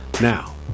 now